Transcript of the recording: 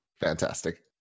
Fantastic